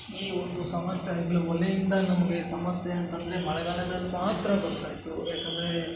ಈ ಒಂದು ಸಮಸ್ಯೆ ಆಗಲಿ ಒಲೆಯಿಂದ ನಮಗೆ ಸಮಸ್ಯೆ ಅಂತಂದರೆ ಮಳೆಗಾಲದಲ್ಲಿ ಮಾತ್ರ ಬರ್ತಾಯಿತ್ತು ಯಾಕಂದರೆ